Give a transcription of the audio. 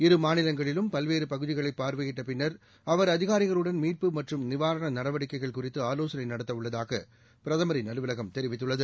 இரு மாநிலங்களிலும் பல்வேறு பகுதிகளைப் பார்வையிட்ட பின்னர் அவர் அதிகாரிகளுடன் மீட்பு மற்றும் நிவாரண நடவடிக்கைகள் குறித்து ஆலோசனை நடத்த உள்ளதாக பிரதமரின் அலுவலகம் தெரிவித்துள்ளது